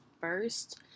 first